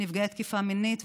נפגעי התקיפה המינית.